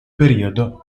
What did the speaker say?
periodo